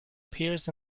pears